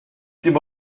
dim